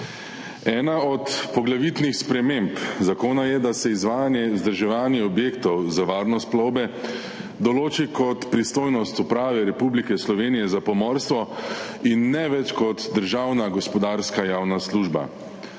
Ena od poglavitnih sprememb zakona je, da se izvajanje vzdrževanja objektov za varnost plovbe določi kot pristojnost Uprave Republike Slovenije za pomorstvo in ne več kot državna gospodarska javna služba.